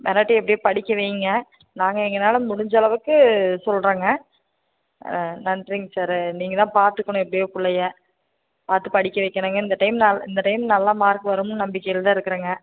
மிரட்டி எப்படியா படிக்க வைங்க நாங்கள் எங்கனால முடிஞ்சளவுக்கு சொல்லுறேங்க ஆ நன்றிங்க சார் நீங்கள்தான் பார்த்துக்கணும் எப்படியோ பிள்ளைய பார்த்துப் படிக்க வைக்கணுங்க இந்த டைம் நான் இந்த டைம்மில் நல்லா மார்க் வரும்னு நம்பிக்கையில தான் இருக்கிறேங்க